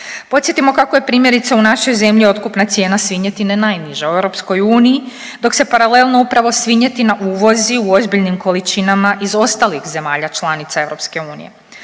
Podsjetimo kako je primjerice, u našoj zemlji otkupna cijena svinjetina najniža u EU, dok se paralelno upravo svinjetina uvozi u ozbiljnim količinama iz ostalih zemalja članica EU.